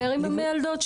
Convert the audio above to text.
אתה חבר קבוע בוועדה?